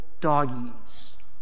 doggies